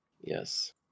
Yes